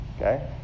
Okay